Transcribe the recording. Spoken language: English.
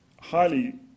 highly